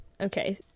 Okay